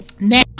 Now